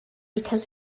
because